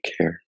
care